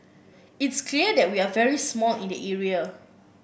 it's clear that we are very small in that area